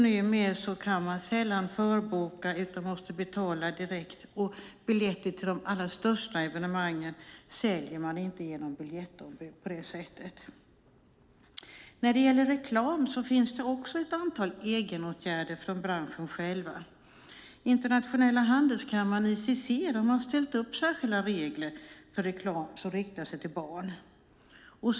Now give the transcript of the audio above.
Numer kan man sällan förboka utan måste betala direkt, och biljetter till de allra största evenemangen säljs inte genom biljettombud. När det gäller reklam finns ett antal egenåtgärder från branschen själv. Internationella Handelskammaren, ICC, har ställt upp särskilda regler för reklam som riktar sig till barn.